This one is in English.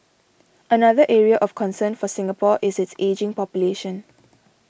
another area of concern for Singapore is its ageing population